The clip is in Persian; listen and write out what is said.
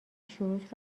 شروط